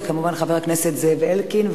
וכמובן חבר הכנסת זאב אלקין,